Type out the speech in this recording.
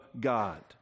God